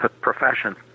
profession